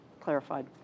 clarified